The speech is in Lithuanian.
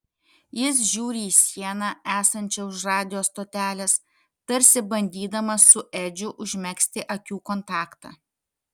jis žiūri į sieną esančią už radijo stotelės tarsi bandydamas su edžiu užmegzti akių kontaktą